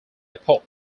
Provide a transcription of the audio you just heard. epoch